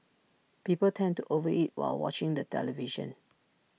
people tend to over eat while watching the television